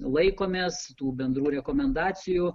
laikomės tų bendrų rekomendacijų